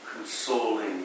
consoling